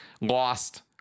lost